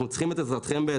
כי השוק משתנה במהירות.